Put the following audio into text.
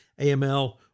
AML